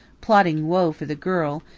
plotting woe for the girl,